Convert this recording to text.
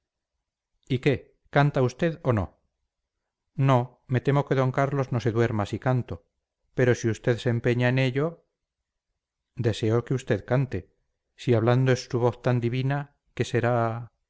y qué canta usted o no no me temo que d carlos no se duerma si canto pero si usted se empeña en ello deseo que usted cante si hablando es su voz tan divina qué será